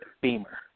Beamer